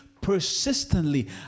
persistently